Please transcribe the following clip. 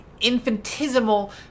infinitesimal